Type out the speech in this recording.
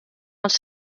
els